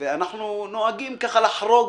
ואנחנו נוהגים לחרוג